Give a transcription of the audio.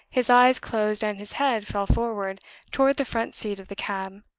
his eyes closed and his head fell forward toward the front seat of the cab.